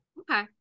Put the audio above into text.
okay